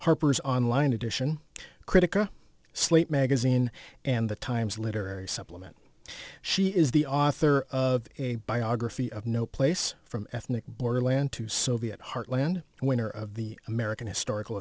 harper's online edition kritika slate magazine and the times literary supplement she is the author of a biography of no place from ethnic border land to soviet heartland and winner of the american historical